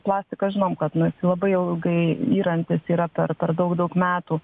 plastikas žinom kad nu jisai labai jau ilgai įrantis yra per per per daug daug metų